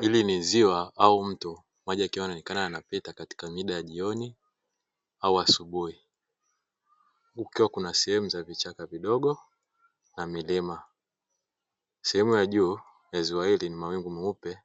Hili ni ziwa au mto maji yakiwa yanaonekana kupita katika mida ya jioni au asubuhi , kukiwa Kuna sehemu ya vichaka vidogo au milima , sehemu ya juu ya ziwa hili ni mawingu meupe